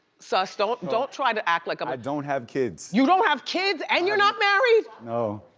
suss, don't don't try to act like i'm i don't have kids. you don't have kids and you're not married? no,